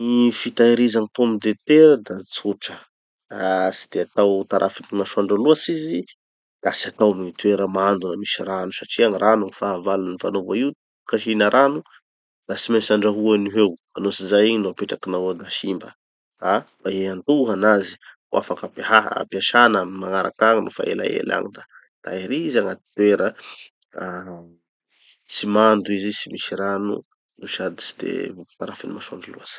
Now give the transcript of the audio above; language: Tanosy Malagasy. Gny fitahiriza gny pomme de terre da tsotra. Ah tsy de atao tarafiny gny masoandro loatsy izy da tsy atao amy gny toera mando na misy rano satria rano gny fahavalony fa no vo io kasihina rano, da tsy maintsy andraho eo no ho eo fa no tsy zay igny no apetrakinao eo da simba. Ah mba hiantoha anazy, ho afaky haha- hampiasana amy magnaraky agny nofa elaela agny da tahiriza agnaty toera ah tsy mando izy, tsy misy rano no sady tsy de ho tarafin'ny masoandro loatsy.